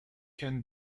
can